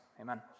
Amen